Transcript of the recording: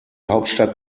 hauptstadt